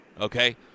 okay